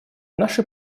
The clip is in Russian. наши